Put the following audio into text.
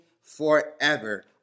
forever